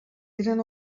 eren